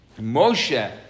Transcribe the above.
Moshe